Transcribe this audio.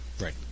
Right